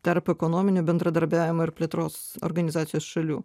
tarp ekonominio bendradarbiavimo ir plėtros organizacijos šalių